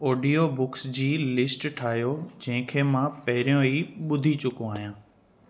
audio books जी list ठाहियो जंहिंखे मां पहिंरियों ई ॿुधी चुकियो आहियां